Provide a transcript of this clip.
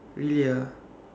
really ah